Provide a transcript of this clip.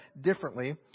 differently